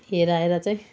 हेराएर चाहिँ